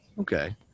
Okay